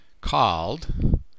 called